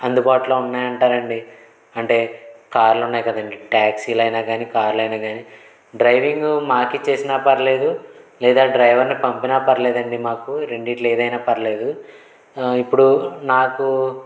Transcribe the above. అందుబాటులో ఉన్నాయంటారండి అంటే కార్లు ఉన్నాయి కదండి ట్యాక్సీ లైనా కాని కార్లు అయినా కాని డ్రైవింగ్ మాకు ఇచ్చేసినా పర్లేదు లేదా డ్రైవర్ని పంపినా పర్లేదు అండి మాకు రెండిట్లో ఏదైనా పర్లేదు ఇప్పుడు నాకూ